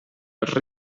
els